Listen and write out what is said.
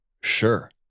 sure